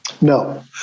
No